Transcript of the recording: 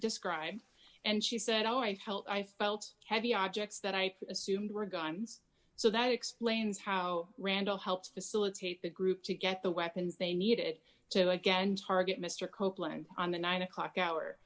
described and she said oh i felt i felt heavy objects that i assumed were guns so that explains how randall helped facilitate the group to get the weapons they needed to again target mr copeland on the nine o'clock hour